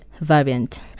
variant